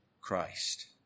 Christ